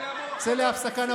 777. צא להפסקה,